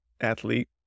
athlete